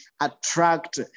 attract